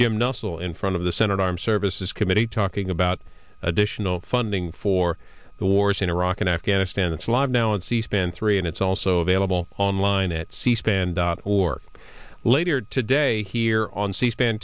jim nussle in front of the senate armed services committee talking about additional funding for the wars in iraq and afghanistan it's live now on c span three and it's also available online at cspan dot org later today here on c span